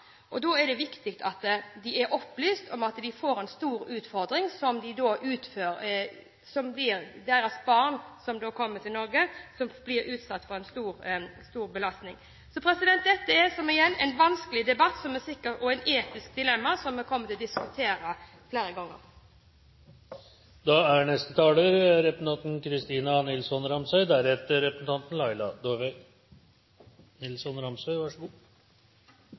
straffbart. Da er det viktig at de er opplyst om at de får en stor utfordring når de kommer til Norge med sitt barn, som blir utsatt for en stor belastning. Så igjen: Dette er en vanskelig debatt og et etisk dilemma, som vi kommer til å diskutere flere ganger. Det er